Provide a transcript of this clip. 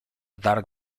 dark